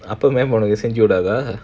அப்போ செஞ்சிவிடாதா:appo senjividaathaa